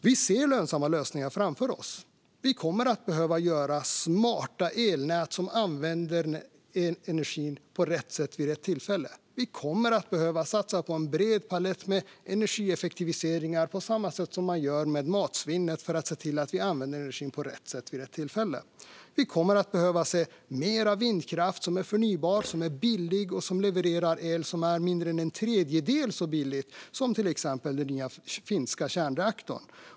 Vi ser lönsamma lösningar framför oss. Vi kommer att behöva göra smarta elnät som använder energin på rätt sätt vid rätt tillfälle. Vi kommer att behöva satsa på en bred palett med energieffektiviseringar, på samma sätt som man gör med matsvinnet, för att se till att vi använder energin på rätt sätt vid rätt tillfälle. Vi kommer att behöva se mer av vindkraft, som är förnybar, billig och levererar el som är mer än en tredjedel så billig som el från till exempel den nya finska kärnreaktorn.